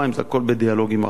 זה הכול בדיאלוג עם הרשויות,